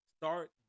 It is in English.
start